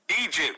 Egypt